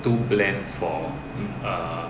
too bland for uh